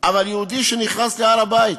אבל יהודי שנכנס להר-הבית